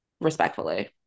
respectfully